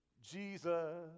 Jesus